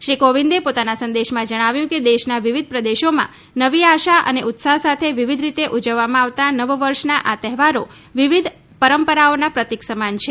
શ્રી કોંવિદે પોતાનાં સંદેશમાં જણાવ્યું કે દેશનાં વિવિધ પ્રદેશોમાં નવી આશા અને ઉત્સાહ સાથે વિવિધ રીતે ઉજવવામાં આવતાં નવ વર્ષનાં આ તહેવારો વિવિધ પરંપરાઓનાં પ્રતિક સમાન છે